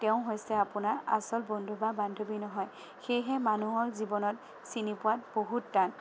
তেওঁ হৈছে আপোনাৰ আচল বন্ধু বা বান্ধৱী নহয় সেয়েহে মানুহৰ জীৱনত চিনি পোৱাত বহুত টান